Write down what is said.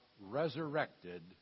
resurrected